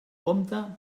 compte